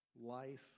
life